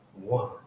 one